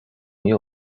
努力